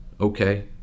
okay